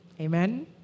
Amen